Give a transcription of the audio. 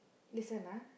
listen ah